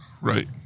Right